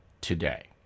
today